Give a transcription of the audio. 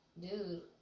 dude